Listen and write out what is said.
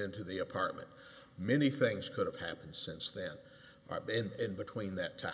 into the apartment many things could have happened since then i've been in the queen that time